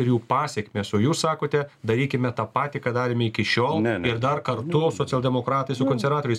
ir jų pasekmes o jūs sakote darykime tą patį ką darėme iki šiol ir dar kartu socialdemokratai su konservatoriais